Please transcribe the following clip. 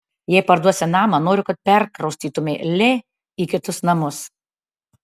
jei parduosi namą noriu kad perkraustytumei lee į kitus namus